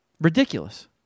ridiculous